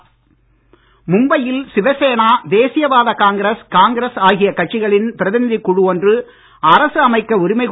ழும்பை யில் சிவசேனை தேசியவாத Congress Congress ஆகிய கட்சிகளின் பிரதிநிதிக் குழு ஒன்று அரசு அமைக்க உரிமை சென்றது